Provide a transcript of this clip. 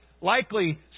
likely